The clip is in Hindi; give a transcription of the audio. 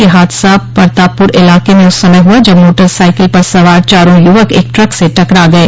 यह हादसा परतापुर इलाक़े में उस समय हुआ जब मोटर साइकिल पर सवार चारों युवक एक ट्रक से टकरा गये